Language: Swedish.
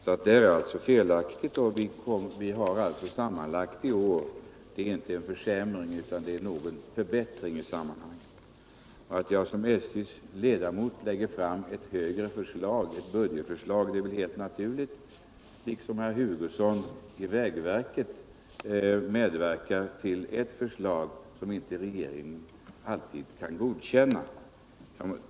Herr Hugossons påstående är alltså felaktigt. Sammanlagt i år har vi inte en försämring utan någon förbättring. Att jag som ledamot av SJ:s styrelse lägger fram ett högre budgetförslag är väl lika naturligt som att herr Hugosson i vägverket medverkar till ett förslag som inte regeringen alltid kan godkänna.